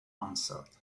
answered